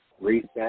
reset